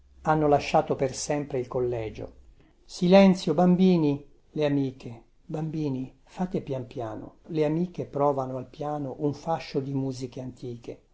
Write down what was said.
hanno lasciato per sempre il collegio silenzio bambini le amiche bambini fate pian piano le amiche provano al piano un fascio di musiche antiche